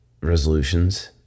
resolutions